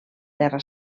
terra